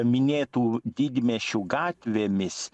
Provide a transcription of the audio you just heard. minėtų didmiesčių gatvėmis